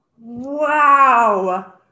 Wow